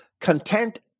content